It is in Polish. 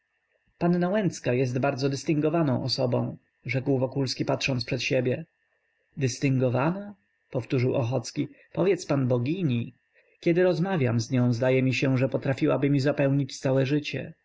panna łęcka jest bardzo dystyngowaną osobą rzekł wokulski patrząc przed siebie dystyngowana powtórzył ochocki powiedz pan bogini kiedy rozmawiam z nią zdaje mi się że potrafiłaby mi zapełnić całe życie